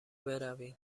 برویم